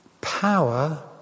power